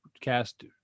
cast